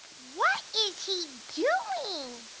what is he doing?